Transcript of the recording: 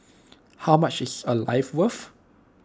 how much is A life worth